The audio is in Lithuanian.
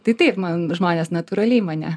tai taip man žmonės natūraliai mane